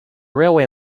railway